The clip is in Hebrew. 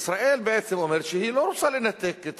ישראל בעצם אומרת שהיא לא רוצה לנתק את